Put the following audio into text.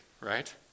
right